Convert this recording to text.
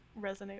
resonate